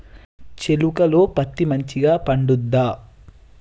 చేలుక లో పత్తి మంచిగా పండుద్దా?